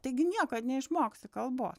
taigi niekad neišmoksi kalbos